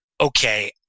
okay